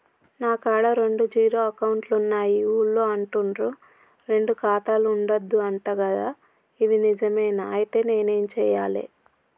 నా కాడా రెండు జీరో అకౌంట్లున్నాయి ఊళ్ళో అంటుర్రు రెండు ఖాతాలు ఉండద్దు అంట గదా ఇది నిజమేనా? ఐతే నేనేం చేయాలే?